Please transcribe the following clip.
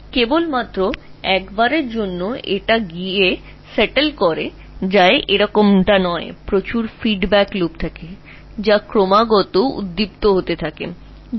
তবে একবারই জিনিসটি চলে এবং স্থির হয় না এটি প্রচুর প্রতিক্রিয়া লুপ এটি বার বার ফায়ারিং চালিয়ে যায়